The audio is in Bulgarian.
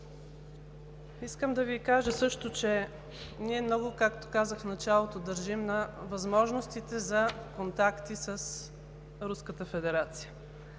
Искам да Ви кажа също, че ние много, както казах в началото, държим на възможностите за контакти с